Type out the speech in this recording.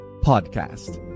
Podcast